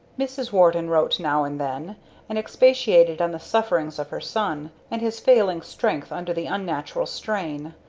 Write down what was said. mrs. warden wrote now and then and expatiated on the sufferings of her son, and his failing strength under the unnatural strain,